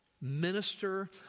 minister